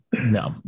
no